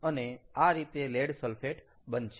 અને આ રીતે લેડ સલ્ફેટ બનશે